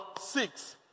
six